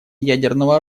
ядерного